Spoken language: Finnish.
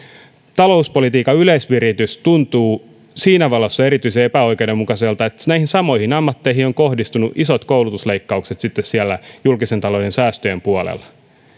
talouspolitiikan yleisviritys tuntuu siinä valossa erityisen epäoikeudenmukaiselta että näihin samoihin ammatteihin ovat kohdistuneet isot koulutusleikkaukset sitten siellä julkisen talouden säästöjen puolella